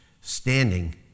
standing